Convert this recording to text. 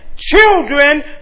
Children